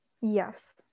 Yes